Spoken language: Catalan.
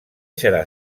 serà